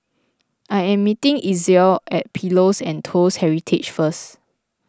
I am meeting Itzel at Pillows and Toast Heritage first